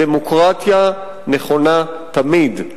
הדמוקרטיה נכונה תמיד,